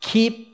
Keep